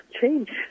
change